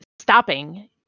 stopping